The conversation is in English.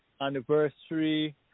anniversary